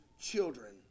children